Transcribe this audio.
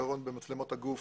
לגבי מצלמות הגוף,